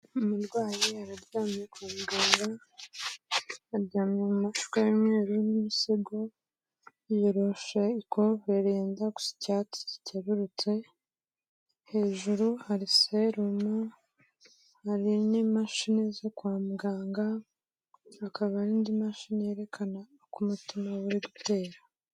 Umurwayi araryamye kwa muganga, aryamye mu mashuka y'umweru n'umusego, yiyoroshe ikovureri isa yenda gusa icyatsi kiterurutse, hejuru hari serumu, hari n'imashini zo kwa muganga, hakaba n'indi mashini yerekana uko umutuma we uri gutera.